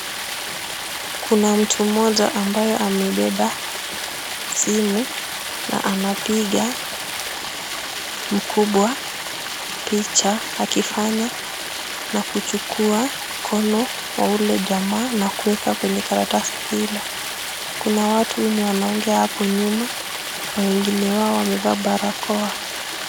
Kuna mtu mmoja ambayo amebeba simu na anapiga mkubwa picha akifanya na kuchukua mkono wa yule jamaa na kuweka kwenye karatasi hilo. Kuna watu wenye wanaongea hapo nyuma na wengine wao wamevaa barakoa.